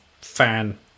fan